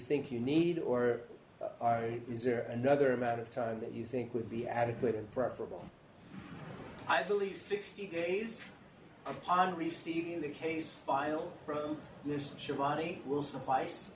think you need or is there another amount of time that you think would be adequate and preferable i believe sixty days upon receiving the case file from this should body will suffice